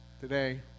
today